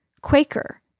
Quaker